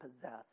possess